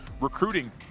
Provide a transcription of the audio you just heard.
recruiting